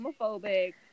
homophobic